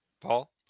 Paul